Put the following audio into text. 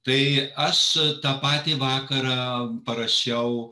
tai aš tą patį vakarą parašiau